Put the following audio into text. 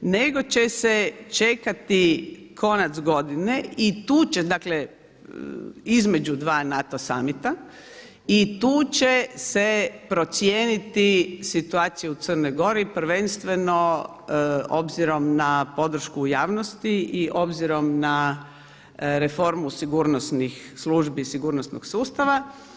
nego će se čekati konac godine i tu će dakle, između dva NATO summita i tu će se procijeniti situacija u Crnoj Gori prvenstveno obzirom na podršku u javnosti i obzirom na reformu sigurnosnih službi, sigurnosnog sustava.